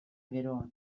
geroa